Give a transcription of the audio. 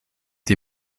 die